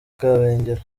kabengera